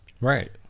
Right